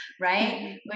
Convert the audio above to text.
right